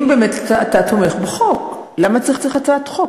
אם באמת אתה תומך בחוק, למה צריך הצעת חוק?